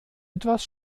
etwas